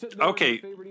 Okay